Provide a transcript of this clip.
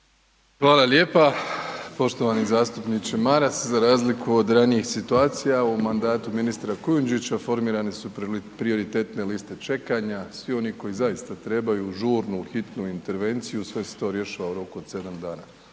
Hvala lijepa. Poštovani zastupniče Maras, za razliku od ranijih situacija u mandatu ministra Kujundžića formirane su prioritetne liste čekanja. Svi oni koji zaista trebaju žurnu, hitnu intervenciju sve se to rješava u roku od sedam dana.